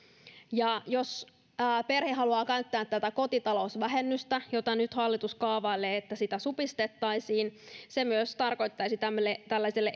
ja jos perhe haluaa käyttää tätä kotitalousvähennystä jota hallitus nyt kaavailee supistettavaksi se myös tarkoittaisi tällaiselle tällaiselle